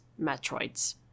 Metroids